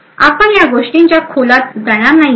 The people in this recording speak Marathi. आपण या गोष्टींच्या खोलात जाणार नाहीये